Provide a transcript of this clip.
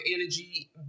energy